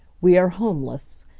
we are homeless.